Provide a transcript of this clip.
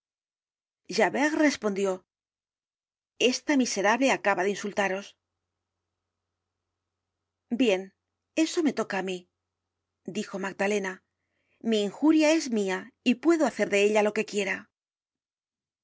arrestado javert respondió esta miserable acaba de insultaros bien eso me toca á mí dijo magdalena mi injuria es mia y puedo hacer de ella lo que quiera